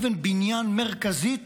אבן בניין מרכזית